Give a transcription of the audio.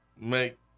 make